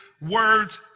words